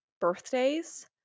birthdays